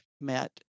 met